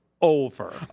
over